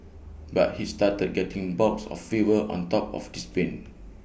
but he started getting bouts of fever on top of this pain